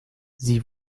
sie